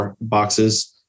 boxes